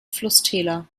flusstäler